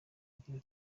agira